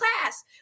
class